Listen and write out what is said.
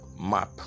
map